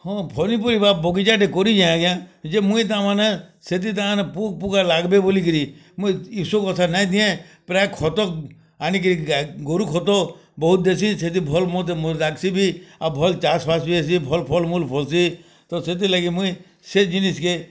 ହଁ ଭଳି ପରିବା ବଗିଚାଟେ କରିଚିଁ ଆଜ୍ଞା ଯେ ମୁଇ ତାମାନେ ସେଥି ତାନ୍ ପୁକ୍ ପୁକାର୍ ଲାଗ୍ବେ ବୋଲି କିରି ମୁଁ ଏସବୁ କଥା ନାଇ ଦିଏ ପ୍ରାୟ ଖତ ଆଣି କିରି ଗୋରୁ ଖତ ବହୁତ ଦେସିଁ ସେଥି ଭଲ୍ ମୋର ମୋତେ ଲାଗ୍ସି ବି ଆଉ ଭଲ୍ ଚାଷ୍ ବାସ୍ ବି ହେସି ଭଲ୍ ଫଲ୍ ମୂଲ୍ ବି ଫଲୁଛିଁ ତ ସେଥିଲାଗି ମୁଇ ସେ ଜିନିଷ୍ କେ